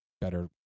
better